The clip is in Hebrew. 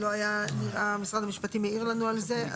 הבריאות ומשרד המשפטים העיר לנו על זה,